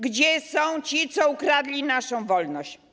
Gdzie są ci, co ukradli naszą wolność?